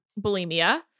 bulimia